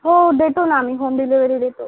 हो देतो ना आम्ही होम डिलेवरी देतो